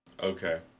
Okay